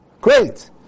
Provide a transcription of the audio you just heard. Great